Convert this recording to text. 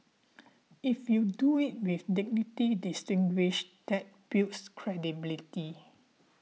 if you do it with dignity distinguished that builds credibility